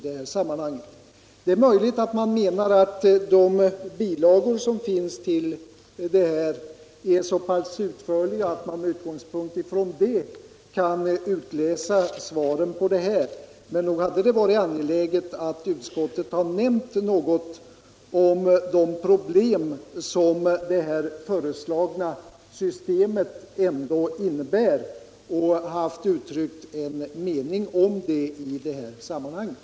Det är möjligt att utskottet menar att de bilagor som finns till betänkandet är så pass utförliga att man med utgångspunkt i dem kan utläsa svaren. Men nog borde det ha varit angeläget för utskottet att nämna de problem som det föreslagna systemet innebär och uttrycka en mening i sammanhanget.